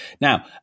Now